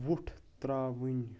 وُٹھ ترٛاوٕنۍ